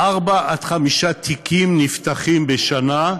מארבעה-חמישה תיקים נפתחים בשנה,